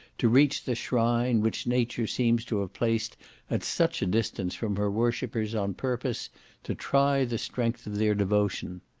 to reach the shrine, which nature seems to have placed at such a distance from her worshippers on purpose to try the strength of their devotion.